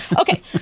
Okay